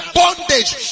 bondage